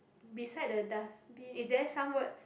beside the dustbin is there some words